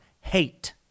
hate